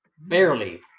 barely